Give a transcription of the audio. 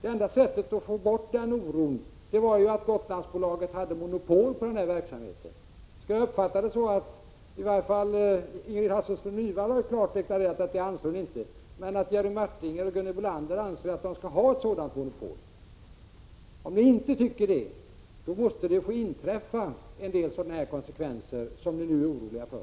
Det enda sättet att få bort oron för alla de konsekvenser som kan följa vore ju att Gotlandsbolaget hade monopol på verksamheten. I varje fall Ingrid Hasselström Nyvall har klart deklarerat att hon inte anser att det skall vara något monopol. Men skall jag uppfatta saken så, att Jerry Martinger och Gunhild Bolander anser att det skall vara ett monopol? Om ni inte tycker det, måste det få bli en del sådana här konsekvenser som ni nu är oroliga för.